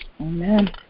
Amen